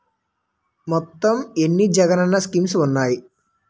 మొత్తం ఎన్ని జగనన్న స్కీమ్స్ ఉన్నాయి?